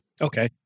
Okay